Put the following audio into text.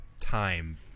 time